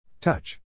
Touch